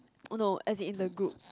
no as it in the group